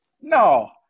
No